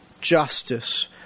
justice